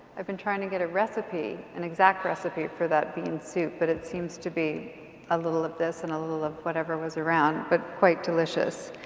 i've been trying to get a recipe, an exact recipe, for that bean soup but it seems to be a little of this and a little of whatever was around. but quite delicious.